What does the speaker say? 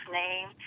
name